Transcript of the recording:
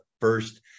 first